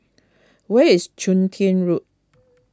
where is Chun Tin Road